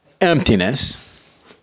emptiness